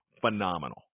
phenomenal